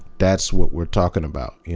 that's what we're talking about, you